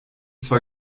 zwar